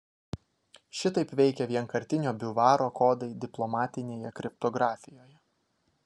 šitaip veikia vienkartinio biuvaro kodai diplomatinėje kriptografijoje